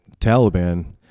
Taliban